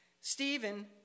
Stephen